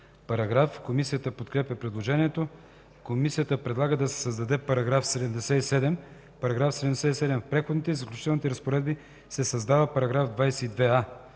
параграф. Комисията подкрепя предложението. Комисията предлага да се създаде § 77: „§ 77. В Преходните и заключителните разпоредби се създава § 22а: „§ 22а.